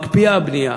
מקפיאה בנייה.